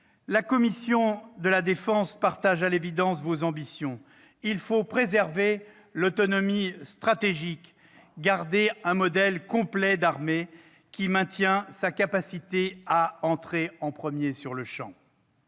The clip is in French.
La commission de la défense partage vos ambitions : il faut préserver l'autonomie stratégique, garder un modèle complet d'armée qui maintient la capacité à entrer en premier sur le champ.